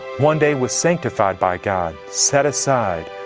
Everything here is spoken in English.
one day was sanctified by god, set aside,